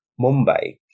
Mumbai